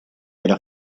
era